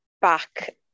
back